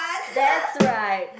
that's right